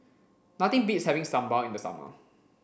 nothing beats having Sambal in the summer